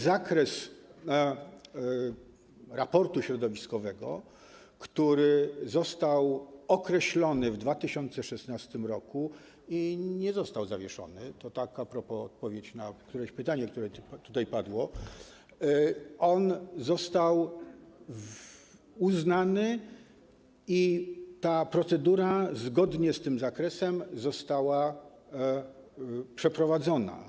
Zakres raportu środowiskowego, który został określony w 2016 r. i nie został zawieszony - to tak a propos, to odpowiedź na któreś pytanie, które tutaj padło - został uznany i ta procedura zgodnie z tym zakresem została przeprowadzona.